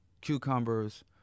cucumbers